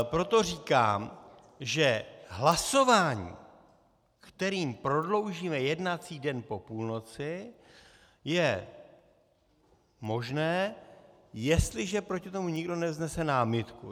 Proto říkám, že hlasování, kterým prodloužíme jednací den po půlnoci, je možné, jestliže proti tomu nikdo nevznese námitku.